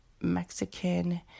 Mexican